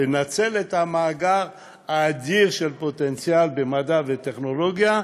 לנצל את המאגר האדיר של הפוטנציאל במדע וטכנולוגיה,